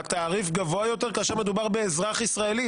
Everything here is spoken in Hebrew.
התעריף גבוה יותר כאשר מדובר באזרח ישראלי.